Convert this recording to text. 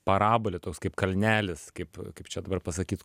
parabolė toks kaip kalnelis kaip kaip čia dabar pasakyt